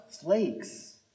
flakes